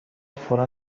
فورا